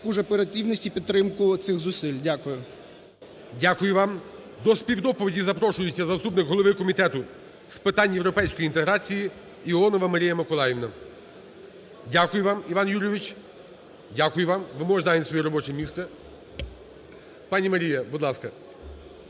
Дякую вам. До співдоповіді запрошується заступник голови Комітету з питань європейської інтеграції Іонова Марія Миколаївна. Дякую вам, Іван Юрійович, дякую вам. Ви можете зайняти своє робоче місце. Пані Марія, будь ласка.